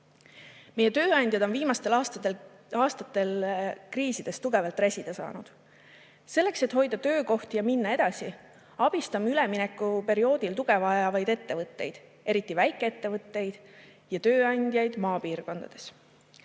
Meie tööandjad on viimastel aastatel kriisides tugevalt räsida saanud. Selleks, et hoida töökohti ja minna edasi, abistame üleminekuperioodil tuge vajavaid ettevõtteid, eriti väikeettevõtteid ja tööandjaid maapiirkondades.